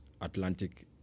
Atlantic